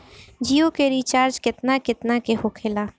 जियो के रिचार्ज केतना केतना के होखे ला?